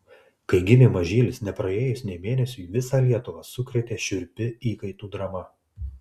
kai gimė mažylis nepraėjus nė mėnesiui visą lietuvą sukrėtė šiurpi įkaitų drama